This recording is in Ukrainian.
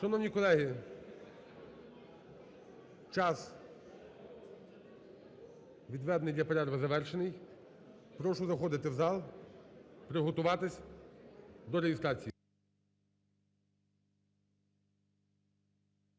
Шановні колеги, час, відведений для перерви, завершений. Прошу заходити в зал, приготуватись до реєстрації.